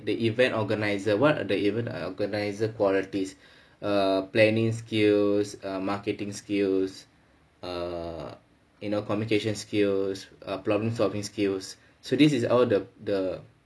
the event organiser what are the event organiser qualities err planning skills err marketing skills err you know communication skills err problem solving skills so this is all the the